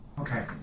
Okay